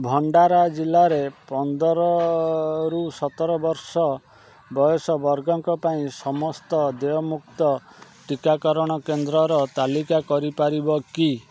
ଭଣ୍ଡାରା ଜିଲ୍ଲାରେ ପନ୍ଦରରୁ ସତର ବର୍ଷ ବୟସ ବର୍ଗଙ୍କ ପାଇଁ ସମସ୍ତ ଦେୟମୁକ୍ତ ଟିକାକରଣ କେନ୍ଦ୍ରର ତାଲିକା କରିପାରିବ କି